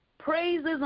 praises